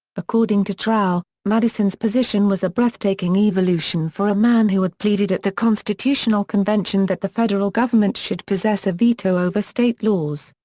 according to chernow, madison's position was a breathtaking evolution for a man who had pleaded at the constitutional convention that the federal government should possess a veto over state laws.